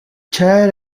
chair